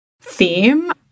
theme